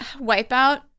Wipeout